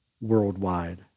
worldwide